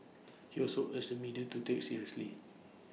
he also urged the media to take seriously